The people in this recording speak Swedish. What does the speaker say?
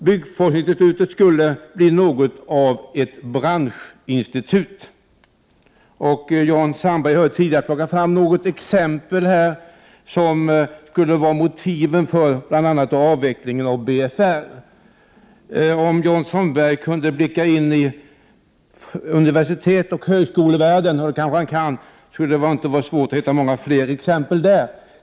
Byggforskningsinstitutet skulle bli något av ett branschinstitut. Jan Sandberg har tidigare plockat fram något exempel som skulle visa motiven för bl.a. avvecklingen av BFR. Om Jan Sandberg kunde blicka in i universitetsoch högskolevärlden, det kanske han kan, skulle det inte vara svårt att hitta många fler exempel där.